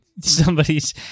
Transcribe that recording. somebody's